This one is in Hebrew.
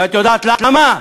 ואת יודעת למה?